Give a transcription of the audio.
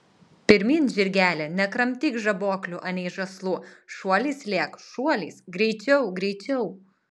pirmyn žirgeli nekramtyk žaboklių anei žąslų šuoliais lėk šuoliais greičiau greičiau